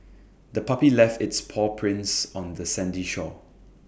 the puppy left its paw prints on the sandy shore